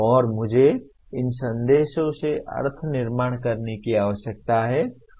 और मुझे इन संदेशों से अर्थ निर्माण करने की आवश्यकता है